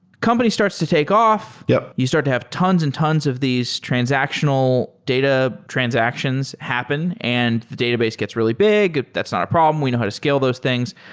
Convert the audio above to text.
company starts to take off. yeah you start have tons and tons of these transactional data transactions happen and the database gets really big. that's not a problem. we know how to scale those things.